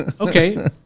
okay